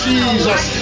Jesus